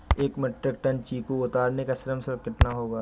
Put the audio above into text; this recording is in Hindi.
एक मीट्रिक टन चीकू उतारने का श्रम शुल्क कितना होगा?